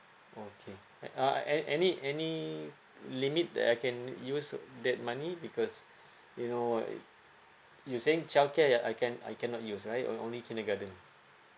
okay right uh any any limit that I can use that money because you know you saying childcare I can I cannot use right only kindergarten